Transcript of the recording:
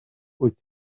wyt